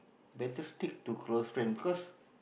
better stick to close friend because